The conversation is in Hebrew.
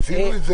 מיצינו את זה.